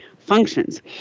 Functions